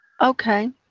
Okay